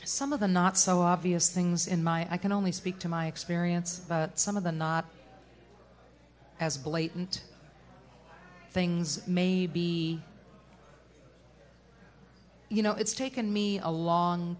some of the not so obvious things in my i can only speak to my experience but some of the not as blatant things may be you know it's taken me a long